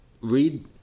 read